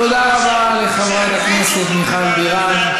תודה רבה לחברת הכנסת מיכל בירן.